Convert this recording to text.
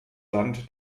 land